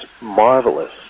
marvelous